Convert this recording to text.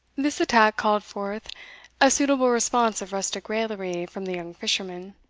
this attack called forth a suitable response of rustic raillery from the young fisherman.